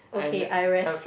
I n~ I'm